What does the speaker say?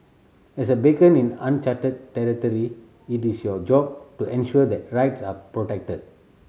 as a beacon in uncharted territory it is your job to ensure that rights are protected